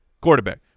quarterback